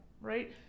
right